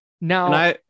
Now